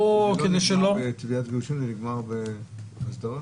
כדי שלא ------ בתביעות גירושין שנגמר בהסדרה?